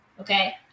okay